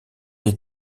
est